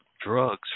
drugs